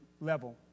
level